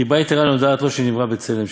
חיבה יתרה נודעת לו שנברא בצלם,